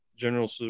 General